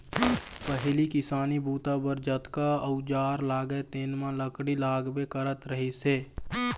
पहिली किसानी बूता बर जतका अउजार लागय तेन म लकड़ी लागबे करत रहिस हे